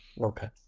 Okay